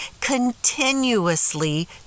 continuously